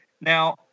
Now